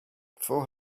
four